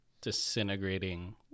disintegrating